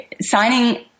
signing